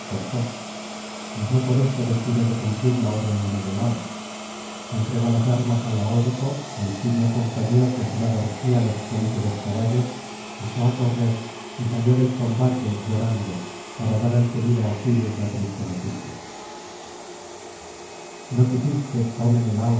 mas no por esto descuidó de cumplirla orden de menelao entregó las armas á laódoco el eximio compañero que á su lado regía los solípedos caballos echó á correr y salió del combate llorando para dar al pelida aquiles la triste noticia no quisiste oh menelao